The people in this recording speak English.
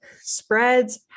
spreads